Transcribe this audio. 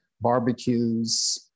barbecues